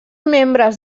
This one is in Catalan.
membres